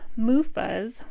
MUFAs